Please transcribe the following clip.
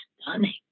stunning